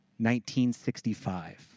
1965